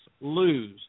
lose